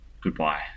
goodbye